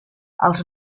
els